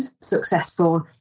successful